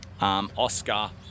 Oscar